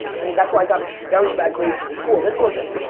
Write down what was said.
i mean that's why i got very bad grades in school. this wasn't,